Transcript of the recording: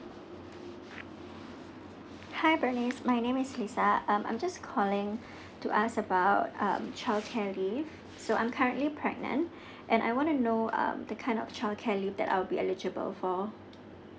hi bernice my name is lisa um I'm just calling to ask about um child care leave so I'm currently pregnant and I want to know um the kind of child care leave that I'll be eligible for